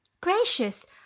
Gracious